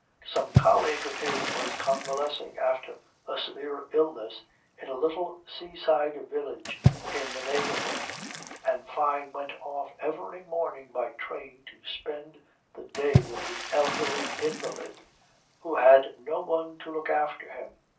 some colleague of his was convalescing after a severe illness in a little seaside village in the neighbourhood and fyne went off every morning by train to spend the day with the elderly invalid who had no one to look after him.